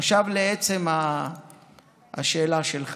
עכשיו לעצם השאלה שלך: